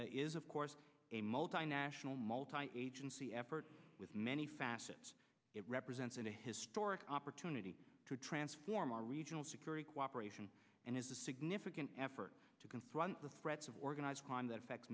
that is of course a multinational multi agency effort with many facets it represents a historic opportunity to transform our regional security cooperation and is a significant effort to confront the frets of organized crime that affects